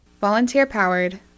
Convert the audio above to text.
Volunteer-powered